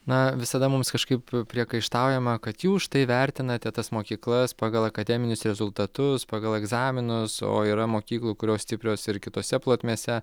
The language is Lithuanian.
na visada mums kažkaip priekaištaujama kad jūs štai vertinate tas mokyklas pagal akademinius rezultatus pagal egzaminus o yra mokyklų kurios stiprios ir kitose plotmėse